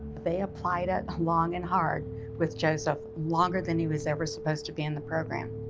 they applied it long and hard with joseph longer than he was ever supposed to be in the program.